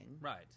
right